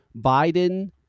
Biden